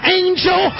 angel